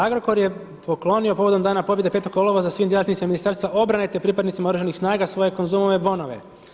Agrokor je poklonio povodom Dana pobjede 5. kolovoza svim djelatnicima Ministarstva obrane te pripadnicima oružanih snaga svoje Konzumove bonove.